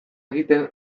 egiten